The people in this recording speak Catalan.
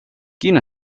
quin